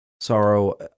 sorrow